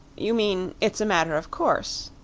you mean it's a matter of course?